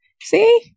See